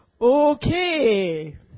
Okay